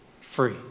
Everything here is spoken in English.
free